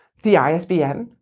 the isbn,